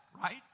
right